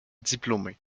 diplômée